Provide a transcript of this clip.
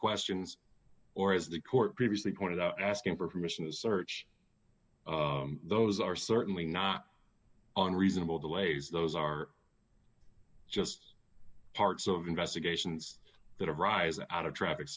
questions or as the court previously pointed out asking permission to search those are certainly not on reasonable the ways those are just parts of investigations that arise out of traffic